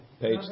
page